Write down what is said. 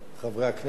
חברי הכנסת,